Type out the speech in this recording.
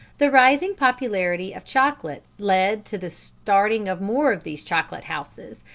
the rising popularity of chocolate led to the starting of more of these chocolate houses,